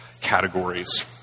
categories